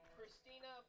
Christina